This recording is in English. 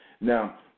Now